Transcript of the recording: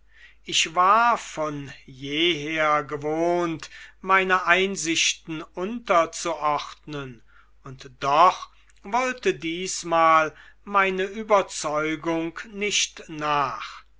ich war von jeher gewohnt meine einsichten unterzuordnen und doch wollte diesmal meine überzeugung nicht nach